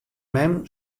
mem